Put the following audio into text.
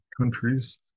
countries